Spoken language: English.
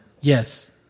yes